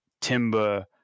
Timber